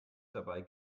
dabei